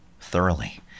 thoroughly